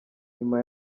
nyuma